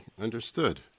understood